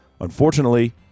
unfortunately